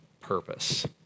purpose